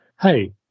hey